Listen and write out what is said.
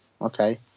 Okay